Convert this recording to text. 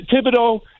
Thibodeau